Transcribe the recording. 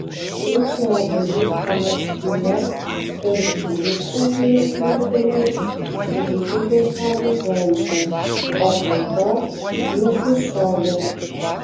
trečiadienį pamaskvyje per kivirčą vyras mirtinai sužeidė savo žentą o po to nusišovė